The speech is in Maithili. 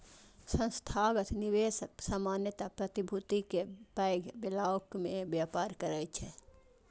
संस्थागत निवेशक सामान्यतः प्रतिभूति के पैघ ब्लॉक मे व्यापार करै छै